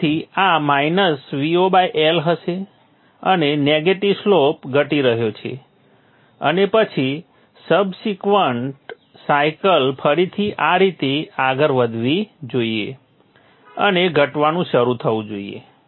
તેથી આ Vo L હશે અને નેગેટિવ સ્લોપ ધટી રહ્યો છે અને પછી સબસિક્વન્ટ સાયકલ ફરીથી આ રીતે આગળ વધવી જોઈએ અને ઘટવાનું શરૂ થવું જોઈએ